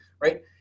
right